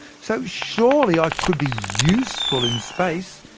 so, surely, i could be useful in space,